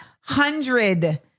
hundred